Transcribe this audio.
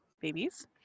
babies